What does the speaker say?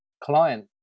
client